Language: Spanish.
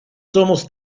somos